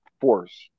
force